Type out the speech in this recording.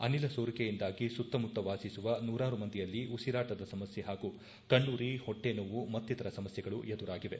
ಅನಿಲ ಸೋರಿಕೆಯಿಂದಾಗಿ ಸುತ್ತ ಮುತ್ತ ವಾಸಿಸುವ ನೂರಾರು ಮಂದಿಯಲ್ಲಿ ಉಸಿರಾಟದ ಸಮಸ್ಥೆ ಹಾಗೂ ಕಣ್ಣುರಿ ಹೊಟ್ಟೆನೋವು ಮತ್ತಿತರ ಸಮಸ್ಥೆಗಳು ಎದುರಾಗಿವೆ